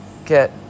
get